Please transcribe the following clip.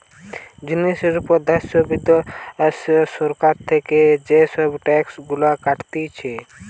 জিনিসের উপর দ্যাশে বিদ্যাশে সরকার থেকে এসব ট্যাক্স গুলা কাটতিছে